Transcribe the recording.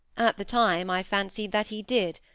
at the time i fancied that he did,